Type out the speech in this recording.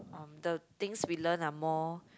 um the things we learn are more